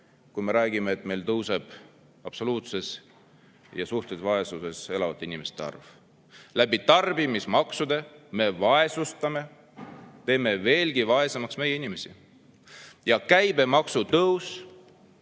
kus me räägime, et meil tõuseb absoluutses ja suhtelises vaesuses elavate inimeste arv. Tarbimismaksudega me vaesestame, teeme veelgi vaesemaks meie inimesi. Käibemaksu tõus